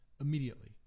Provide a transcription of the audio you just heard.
immediately